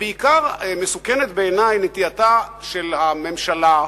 בעיקר מסוכנת בעיני נטייתה של הממשלה,